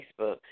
Facebook